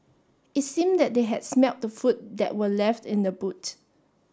it seemed that they had smelt the food that were left in the boot